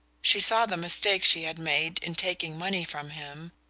she saw the mistake she had made in taking money from him,